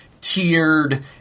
tiered